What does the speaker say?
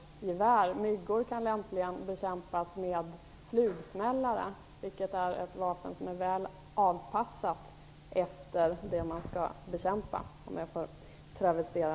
Om jag får travestera det som sagts i debatten vill jag säga att myggor lämpligen kan bekämpas med flugsmällare, vilket är ett vapen som är väl avpassat efter det man skall bekämpa.